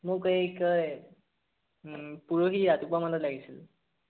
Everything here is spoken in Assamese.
মোক এই কি কয় পৰহি ৰাতিপুৱামানত লাগিছিল